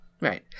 right